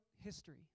history